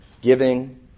giving